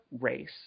race